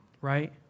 right